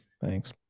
Thanks